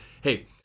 Hey